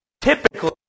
typically